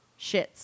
shits